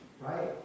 right